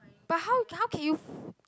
but how how can you